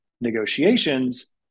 negotiations